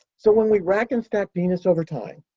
so, when we rack and stack venus over time,